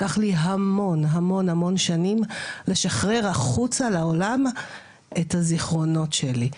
לקח לי המון שנים לשחרר החוצה לעולם את הזיכרונות שלי,